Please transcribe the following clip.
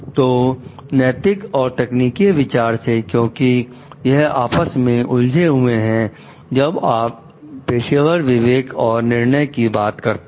तो नैतिक और तकनीकी विचार से क्योंकि यह आपस में उलझे हुए हैं जब आप पेशेवर विवेक और निर्णय की बात करते हैं